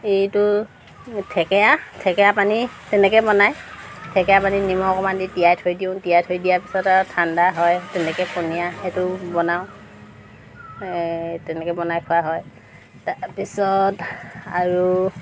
এইটো থেকেৰা থেকেৰা পানী তেনেকৈ বনায় থেকেৰা পানীত নিমখ অকণমান দি তিয়াই থৈ দিওঁ তিয়াই থৈ দিয়াৰ পিছত আৰু ঠাণ্ডা হয় তেনেকৈ পনীয়া সেইটো বনাওঁ এই তেনেকৈ বনাই খোৱা হয় তাৰপিছত আৰু